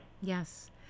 Yes